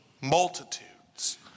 multitudes